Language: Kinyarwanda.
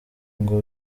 ngo